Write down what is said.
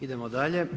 Idemo dalje.